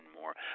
more